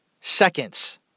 seconds